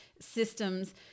systems